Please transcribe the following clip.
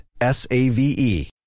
S-A-V-E